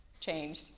changed